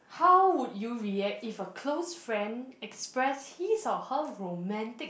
how would you react if a close friend express his or her romantic